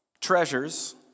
treasures